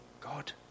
God